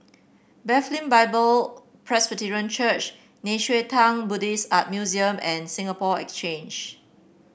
Bethlehem Bible Presbyterian Church Nei Xue Tang Buddhist Art Museum and Singapore Exchange